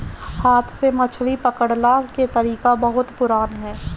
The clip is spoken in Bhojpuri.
हाथ से मछरी पकड़ला के तरीका बहुते पुरान ह